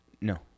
No